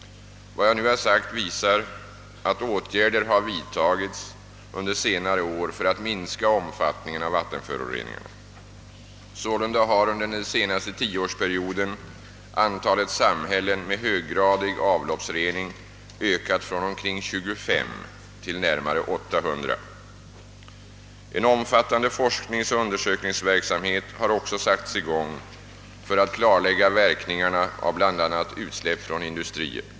Vad jag nu har sagt visar att åtgärder har vidtagits under senare år för att minska omfattningen av vattenföroreningarna. Sålunda har under den senaste tioårsperioden antalet samhällen med höggradig avloppsrening ökat från omkring 25 till närmare 800. En omfattande forskningsoch undersökningsverksamhet har också satts i gång för att klarlägga verkningarna av bl.a. utsläpp från industrier.